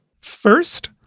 First